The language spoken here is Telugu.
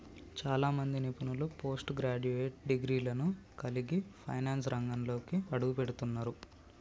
చాలా మంది నిపుణులు పోస్ట్ గ్రాడ్యుయేట్ డిగ్రీలను కలిగి ఫైనాన్స్ రంగంలోకి అడుగుపెడుతున్నరు